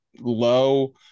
low